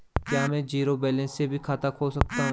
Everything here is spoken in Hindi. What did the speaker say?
क्या में जीरो बैलेंस से भी खाता खोल सकता हूँ?